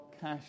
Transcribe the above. cash